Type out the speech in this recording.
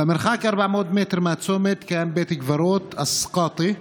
במרחק 400 מטר מהצומת קיים בית הקברות א-סקאטי,